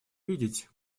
видеть